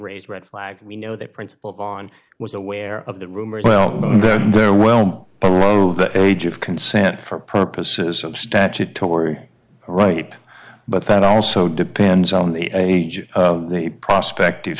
raised red flags we know their principal on was aware of the rumors well they're well below the age of consent for purposes of statutory right but that also depends on the age of the prospect of